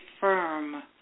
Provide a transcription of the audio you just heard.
firm